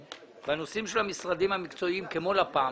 בנושאים של המשרדים המקצועיים כמו לפ"ם,